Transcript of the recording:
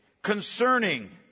concerning